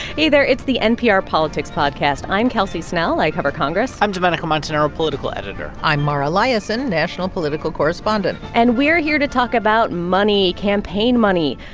hey there. it's the npr politics podcast. i'm kelsey snell. i cover congress i'm domenico montanaro, political editor i'm mara liasson, national political correspondent and we're here to talk about money, campaign money.